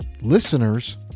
Listeners